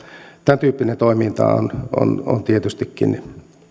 tämäntyyppinen toiminta tietystikään